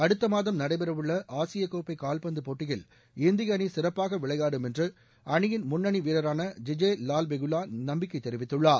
அடுத்த மாதம் நடைபெறவுள்ள ஆசிய கோப்பை கால்பந்துப் போட்டியில் இந்திய அணி சிறப்பாக விளையாடும் என்று அணியின் முன்னணி வீரரான ஜிஜே லால்பெகுலா நம்பிக்கை தெரிவித்துள்ளார்